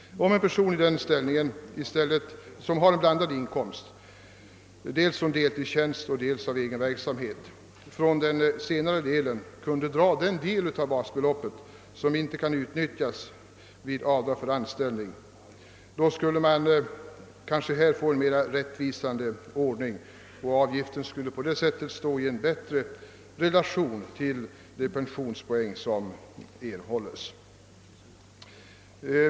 Om en person, som har en inkomst dels av deltidstjänst, dels av egen verksamhet, på inkomsten av egen verksamhet kunde dra av den del av basbeloppet som inte kan utnyttjas vid avdrag för anställning, skulle avgiften komma att stå i bättre relation till de pensionspoäng som erhålles.